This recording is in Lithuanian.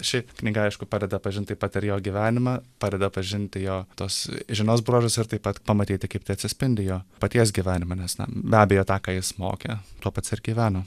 šiaip knyga aišku padeda pažint taip pat ir jo gyvenimą padeda pažinti jo tos žinios bruožus ir taip pat pamatyti kaip tai atsispindi jo paties gyvenime nes na be abejo tą ką jis mokė tuo pats ir gyveno